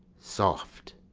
soft,